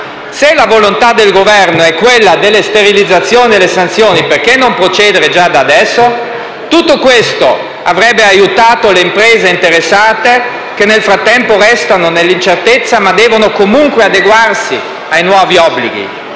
Se la volontà del Governo è quella della sterilizzazione delle sanzioni perché non procedere già da adesso? Tutto ciò avrebbe aiutato le imprese interessate, che nel frattempo restano nell'incertezza, ma devono comunque adeguarsi ai nuovi obblighi.